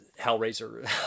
Hellraiser